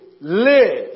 live